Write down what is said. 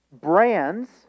brands